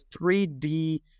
3D